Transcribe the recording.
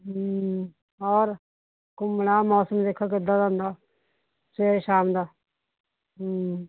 ਹਮ ਹੋਰ ਘੁੰਮਣਾ ਮੌਸਮ ਵੇਖੋ ਕਿੱਦਾਂ ਦਾ ਹੁੰਦਾ ਅਤੇ ਸਵੇਰੇ ਸ਼ਾਮ ਦਾ ਹਮ